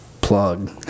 plug